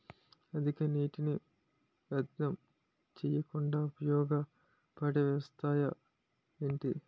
అధిక నీటినీ వ్యర్థం చేయకుండా ఉపయోగ పడే వ్యవస్థ ఏంటి